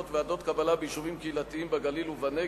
(ועדות קבלה ביישובים קהילתיים בגליל ובנגב),